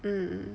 mm mm mm